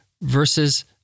versus